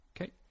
okay